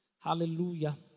Hallelujah